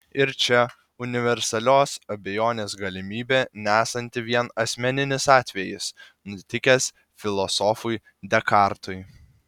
ir čia universalios abejonės galimybė nesanti vien asmeninis atvejis nutikęs filosofui dekartui